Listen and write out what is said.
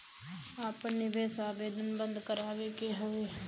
आपन निवेश आवेदन बन्द करावे के हौ?